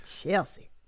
Chelsea